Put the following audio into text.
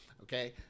Okay